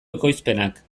ekoizpenak